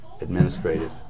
administrative